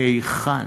מהיכן?